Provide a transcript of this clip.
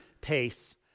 pace